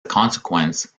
consequence